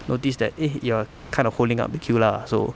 notice that eh you're kind of holding up the queue lah so